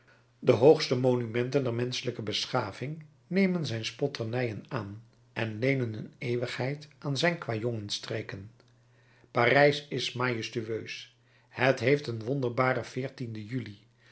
de hoogste monumenten der menschelijke beschaving nemen zijn spotternijen aan en leenen hun eeuwigheid aan zijn kwajongensstreken parijs is majestueus het heeft een wonderbare juli